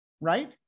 right